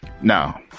Now